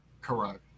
Correct